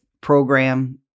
program